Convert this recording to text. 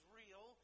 real